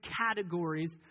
categories